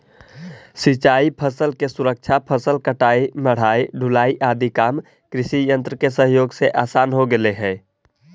सिंचाई फसल के सुरक्षा, फसल कटाई, मढ़ाई, ढुलाई आदि काम कृषियन्त्र के सहयोग से आसान हो गेले हई